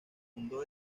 fundó